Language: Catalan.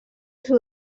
sud